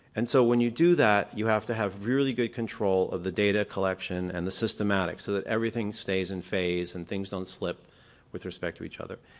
and so when you do that you have to have really good control of the data collection and the systematic, so that everything stays in phase and things don't slip with respect to each other.